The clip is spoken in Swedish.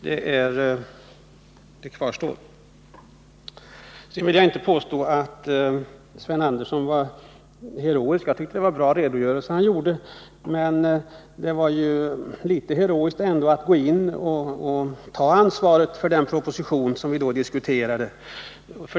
Det kvarstår. Jag vill inte påstå att Sven Andersson var utpräglat heroisk. Jag tycker det var en bra redogörelse han gjorde. Men det var ändå litet heroiskt att gå in och ta ansvaret för den proposition vi diskuterade.